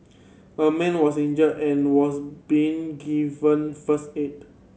a man was injured and was being given first aid